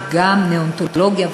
וגם נאונטולוגיה,